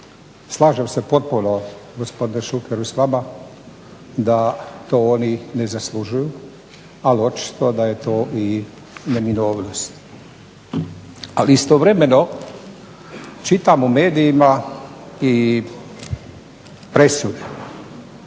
Slažem se potpuno gospodine Šuker s vama da to oni ne zaslužuju, ali očito da je to i neminovnost. Ali istovremeno čitam u medijima i presude.